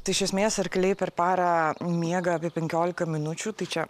tai iš esmės arkliai per parą miega apie penkiolika minučių tai čia